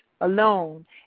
alone